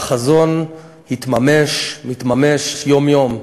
והחזון התממש ומתממש יום-יום.